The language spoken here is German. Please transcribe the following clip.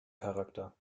charakter